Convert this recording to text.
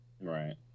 Right